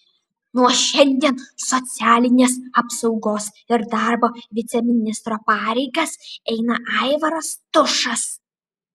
nuo šiandien socialinės apsaugos ir darbo viceministro pareigas eina aivaras tušas